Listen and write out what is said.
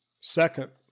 second